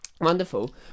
Wonderful